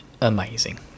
amazing